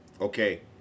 Okay